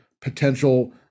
potential